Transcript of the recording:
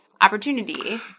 opportunity